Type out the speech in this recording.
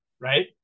right